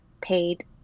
paid